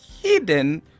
hidden